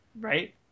Right